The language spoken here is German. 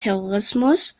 terrorismus